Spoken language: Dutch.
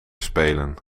spelen